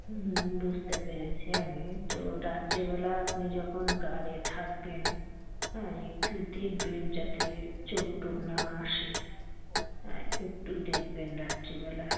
হুম হুম বুঝতে পেরেছি আমি তো রাত্রিবেলা আপনি যখন গার্ডে থাকবেন হ্যাঁ একটু দেখবেন যাতে চোর টোর না আসে একটু দেখবেন রাত্রিবেলা